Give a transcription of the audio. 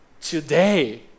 Today